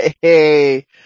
Hey